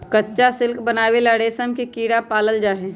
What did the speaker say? कच्चा सिल्क बनावे ला रेशम के कीड़ा पालल जाई छई